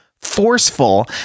forceful